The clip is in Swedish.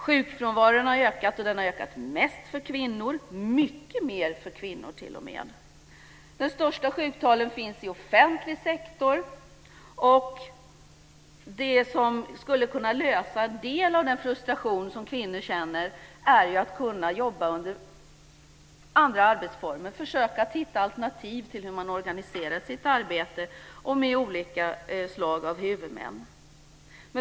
Sjukfrånvaron har ökat, och den har ökat mest bland kvinnor, mycket mer bland kvinnor t.o.m. De största sjuktalen finns i offentlig sektor. Det som skulle kunna lösa en del av den frustration som kvinnor känner är ju att kunna jobba under andra arbetsformer, att försöka att hitta alternativ till hur man organiserar sitt arbete och med olika slag av huvudmän.